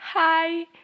Hi